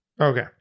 Okay